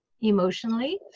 emotionally